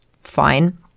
fine